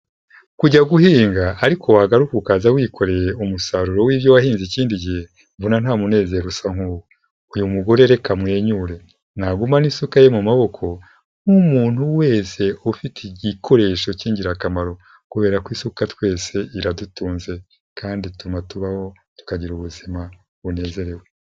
Kujya guhinga ariko wagaruka ukaza wikoreye umusaruro w'ibyo wahinze ikindi gihe mbona nta munezero usa nk'uwo, uyu mugore reka amwenyure, nagumana isuka ye mu maboko nk'umuntu wese ufite igikoresho cy'ingirakamaro kubera ku isuka twese iradutunze kandi ituma tubaho, tukagira ubuzima bunezerewe.